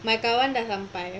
my kawan dah sampai